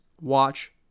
watch